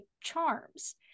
charms